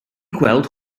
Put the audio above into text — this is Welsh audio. gweld